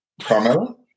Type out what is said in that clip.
Carmelo